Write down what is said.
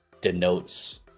denotes